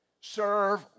Serve